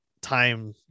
time